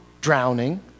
drowning